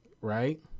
Right